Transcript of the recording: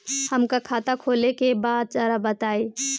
हमका खाता खोले के बा जरा बताई?